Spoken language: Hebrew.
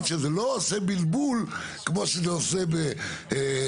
שזה לא עושה בלבול כמו שזה עושה בזה,